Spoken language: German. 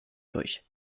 durch